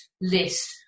list